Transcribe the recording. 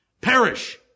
Perish